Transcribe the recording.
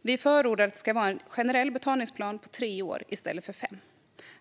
Vi förordar att det ska vara en generell betalningsplan på tre år i stället för fem.